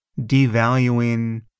devaluing